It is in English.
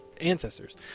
ancestors